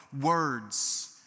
words